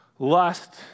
Lust